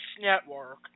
Network